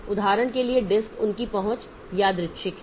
उदाहरण के लिए डिस्क उनकी पहुंच यादृच्छिक है